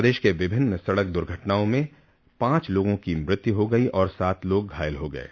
प्रदेश में विभिन्न सड़क द्र्घटनाओं में पांच लोगों की मौत हो गई और सात लोग घायल हो गये